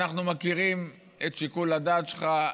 אנחנו מכירים את שיקול הדעת שלך,